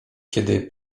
kiedy